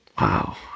Wow